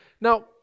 Now